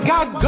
God